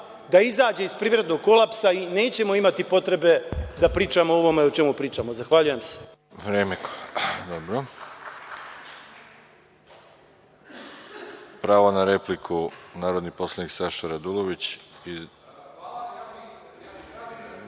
da izađe iz privrednog kolapsa i nećemo imati potrebe da pričamo o ovome o čemu pričamo. Zahvaljujem se. **Veroljub Arsić** Pravo na repliku, narodni poslanik Saša Radulović. **Saša Radulović** Ja ću